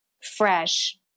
fresh